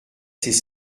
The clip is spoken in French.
ses